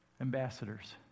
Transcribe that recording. ambassadors